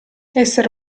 essere